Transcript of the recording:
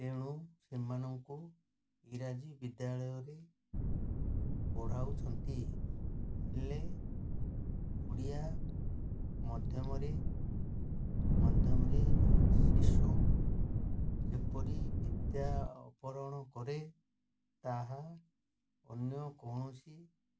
ତେଣୁ ସେମାନଙ୍କୁ ଇଂରାଜୀ ବିଦ୍ୟାଳୟରେ ପଢ଼ାଉଛନ୍ତି ହେଲେ ଓଡ଼ିଆ ମାଧ୍ୟମରେ ମାଧ୍ୟମରେ ଶିଶୁ ଯେପରି ବିଦ୍ୟା ଆରୋହଣ କରେ ତାହା ଅନ୍ୟ କୌଣସି